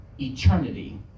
eternity